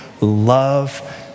love